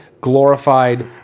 glorified